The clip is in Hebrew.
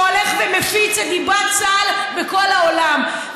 שהולך ומפיץ את דיבת צה"ל בכל העולם,